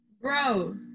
bro